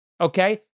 okay